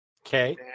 Okay